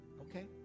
Okay